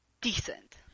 decent